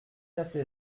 appelé